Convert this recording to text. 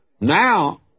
Now